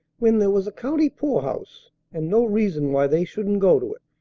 when there was a county poorhouse and no reason why they shouldn't go to it!